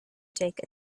take